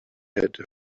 had